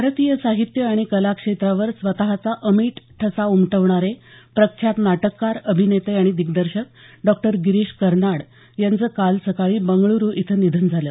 भारतीय साहित्य आणि कला क्षेत्रावर स्वतचा अमीट ठसा उमटवणारे प्रख्यात नाटककार अभिनेते आणि दिग्दर्शक डॉक्टर गिरीश कर्नाड यांचं काल सकाळी बंगळूरू इथं निधन झालं